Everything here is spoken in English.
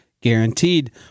guaranteed